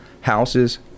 houses